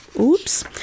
oops